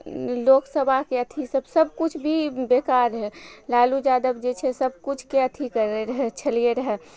लोकसभाके अथी सब सबकिछु भी बेकार रहय लालू यादब जे छै सबकिछुके अथी करय रहय रहय छलियै रहय